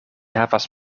havas